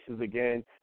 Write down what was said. again